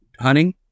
hunting